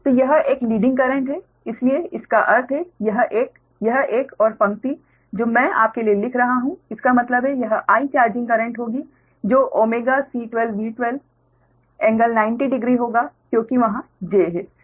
तो यह एक लीडिंग करेंट है इसलिए इसका अर्थ है यह एक यह एक और पंक्ति जो मैं आपके लिए लिख रहा हूं इसका मतलब है यह I चार्जिंग करेंट होगी जो C12V12 कोण 900 होगा क्योंकि वहा j है